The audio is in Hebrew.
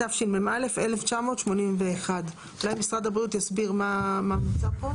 התשמ"א 1981, אולי משרד הבריאות יסביר מה מוצע פה.